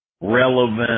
relevant